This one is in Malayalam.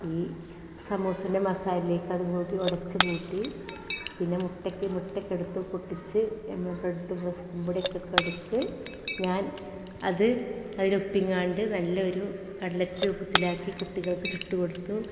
ഈ സമോസേൻ്റെ മസാലയിലേക്ക് അതുംകൂടി ഉടച്ച് കൂട്ടി പിന്നെ മുട്ടയ്ക്ക് മുട്ടയൊക്കെ എടുത്ത് പൊട്ടിച്ച് പിന്നെ ബ്രെഡും റസ്കും പൊടിയൊക്കെ എടുത്ത് ഞാൻ അത് അതിലോട്ടിങ്ങാണ്ട് നല്ലൊരു കട്ലെറ്റ് രൂപത്തിലാക്കി കുട്ടികൾക്ക് ചുട്ടുകൊടുത്തു